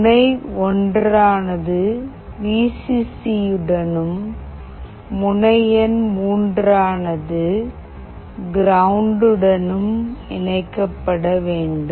முனை ஒன்றானது V C சியுடனும் முனை எண் மூன்றானது கிரவுண்ட் உடனும் இணைக்கப்பட வேண்டும்